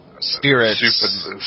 spirits